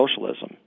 socialism